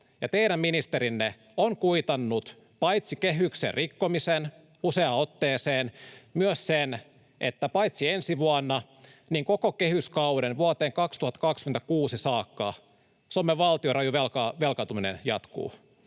teidän ministerinne on kuitannut paitsi kehyksen rikkomisen useaan otteeseen myös sen, että paitsi ensi vuonna niin myös koko kehyskauden vuoteen 2026 saakka Suomen valtion raju velkaantuminen jatkuu.